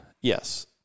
Yes